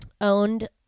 owned